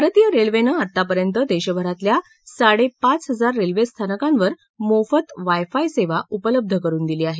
भारतीय रेल्वेनं आत्तापर्यंत देशभरातल्या साडेपाय हजार रेल्वेस्थानकांवर मोफत वायफाय सेवा उपलब्ध करून दिली आहे